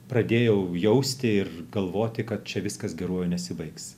pradėjau jausti ir galvoti kad čia viskas geruoju nesibaigs